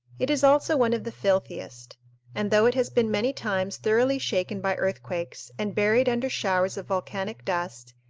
it is also one of the filthiest and though it has been many times thoroughly shaken by earthquakes, and buried under showers of volcanic dust,